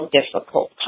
difficult